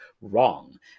wrong